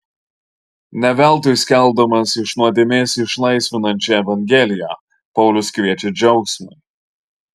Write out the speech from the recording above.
ne veltui skelbdamas iš nuodėmės išlaisvinančią evangeliją paulius kviečia džiaugsmui